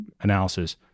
analysis